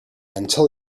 until